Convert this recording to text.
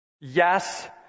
Yes